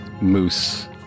Moose